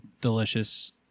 delicious